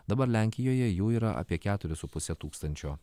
dabar lenkijoje jų yra apie keturis su puse tūkstančio